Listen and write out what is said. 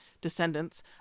descendants